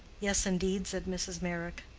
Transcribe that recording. yes, indeed, said mrs. meyrick.